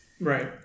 Right